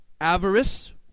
avarice